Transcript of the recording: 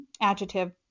adjective